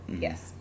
Yes